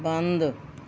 ਬੰਦ